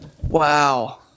Wow